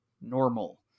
normal